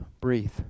breathe